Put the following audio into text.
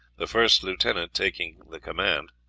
the first lieutenant taking the command,